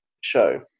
show